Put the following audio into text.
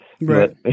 Right